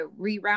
reroute